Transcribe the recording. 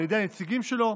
על ידי הנציגים שלו,